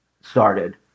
started